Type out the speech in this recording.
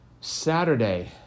Saturday